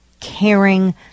caring